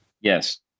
yes